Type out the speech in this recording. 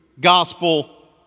gospel